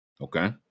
Okay